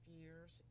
years